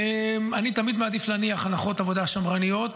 אני תמיד מעדיף להניח הנחות עבודה שמרניות,